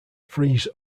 frees